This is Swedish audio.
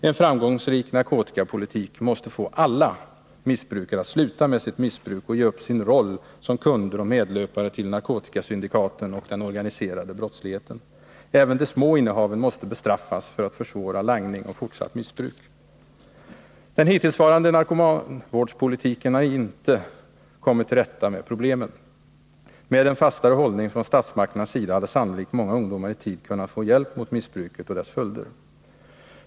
En framgångsrik narkotikapolitik måste få alla missbrukare att sluta med sitt missbruk och ge upp sin roll som kunder och medlöpare till narkotikasyndikaten och den organiserade brottsligheten. Även de små innehaven måste bestraffas för att försvåra langning och fortsatt missbruk. Den hittillsvarande narkomanvårdspolitiken har icke kommit till rätta med problemen. Med en fastare hållning från statsmakternas sida hade sannolikt många ungdomar i tid kunnat få hjälp mot missbruket och dess följder.